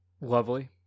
lovely